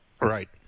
Right